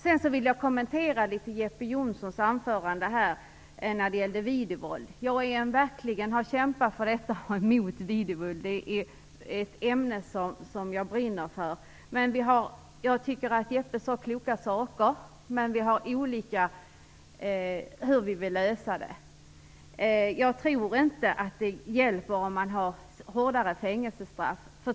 Jag vill vidare något kommentera Jeppe Johnssons anförande vad gäller videovåld. Jag har verkligen kämpat mot videovåldet. Det är en uppgift som jag brinner för. Jag tycker att Jeppe Johnsson sade kloka saker, men vi går in för olika lösningar. Jag tror inte att det hjälper med hårdare fängelsestraff.